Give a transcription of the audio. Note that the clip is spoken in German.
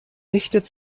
richtet